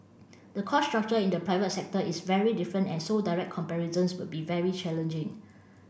the cost structure in the private sector is very different and so direct comparisons would be very challenging